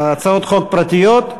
הצעות חוק פרטיות.